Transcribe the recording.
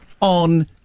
on